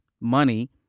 money